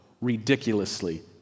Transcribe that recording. ridiculously